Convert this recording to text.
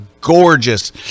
gorgeous